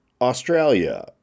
Australia